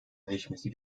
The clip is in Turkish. değişmesi